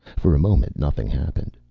for a moment nothing happened.